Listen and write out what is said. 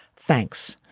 thanks.